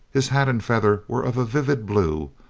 his hat and feather were of a vivid blue,